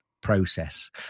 process